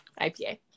IPA